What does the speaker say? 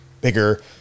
bigger